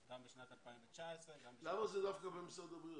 גם בשנת 2019 וגם בשנת --- למה זה דווקא במשרד הבריאות?